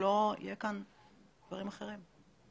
שלא יהיו כאן דברים אחרים.